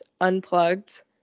unplugged